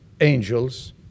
angels